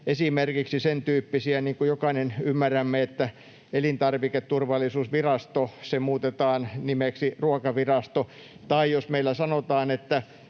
esimerkiksi sentyyppisiä, niin kuin jokainen ymmärrämme, että nimi Elintarviketurvallisuusvirasto muutetaan nimeksi Ruokavirasto, tai jos meillä sanotaan, että